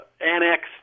annexed